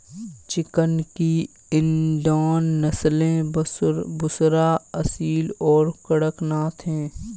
chicken की Indian नस्लें बुसरा, असील और कड़कनाथ हैं